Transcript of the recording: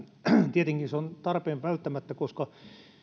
tietenkin se on välttämättä tarpeen koska